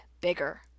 bigger